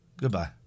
Goodbye